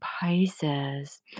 Pisces